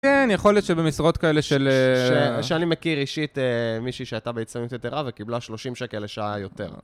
כן, יכול להיות שבמשרות כאלה של... שאני מכיר אישית מישהי שהייתה בהצטיינות יתירה וקיבלה 30 שקל לשעה יותר.